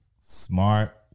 smart